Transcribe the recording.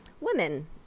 women